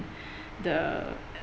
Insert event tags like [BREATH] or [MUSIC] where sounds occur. [BREATH] the